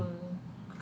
mm